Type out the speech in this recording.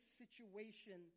situation